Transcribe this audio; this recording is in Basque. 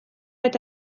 eta